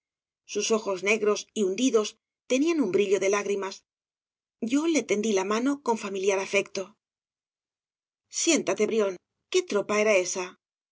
sus ojos negros y hundidos tenían un brillo de lágrimas yo le tendí la mano con familiar afecto obras de valle inclan siéntate brión qué tropa era esa